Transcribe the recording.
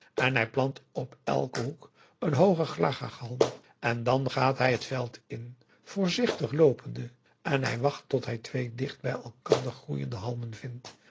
en hij plant op elken hoek een hoogen glaga halm en dan gaat hij het veld in voorzichtig loopende en hij wacht tot hij twee dicht bij elkander groeiende halmen vindt